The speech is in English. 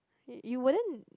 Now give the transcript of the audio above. you you wouldn't